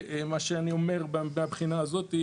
ומהבחינה הזאת,